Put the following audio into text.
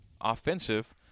offensive